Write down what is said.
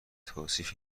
توصیف